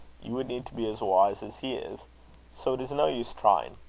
you would need to be as wise as he is so it is no use trying.